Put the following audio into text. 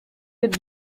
had